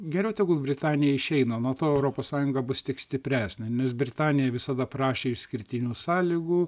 geriau tegul britanija išeina nuo to europos sąjunga bus tik stipresnė nes britanija visada prašė išskirtinių sąlygų